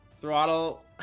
throttle